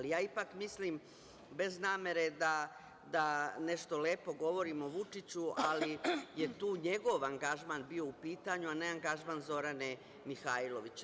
Ipak mislim, bez namere da nešto lepo govorim o Vučiću, ali je tu njegov angažman bio u pitanju, a ne angažman Zorane Mihajlović.